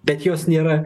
bet jos nėra